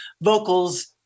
vocals